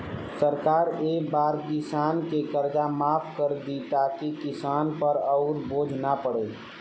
सरकार ए बार किसान के कर्जा माफ कर दि ताकि किसान पर अउर बोझ ना पड़े